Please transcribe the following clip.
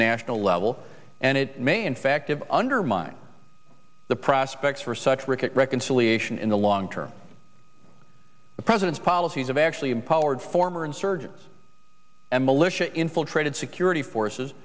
national level and it may infective undermine the prospects for such reconciliation in the long term the president's policies of actually empowered former insurgents and militia infiltrated security forces